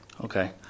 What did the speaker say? Okay